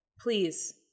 Please